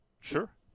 Sure